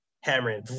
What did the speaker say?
hammering